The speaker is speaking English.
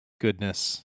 goodness